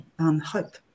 hope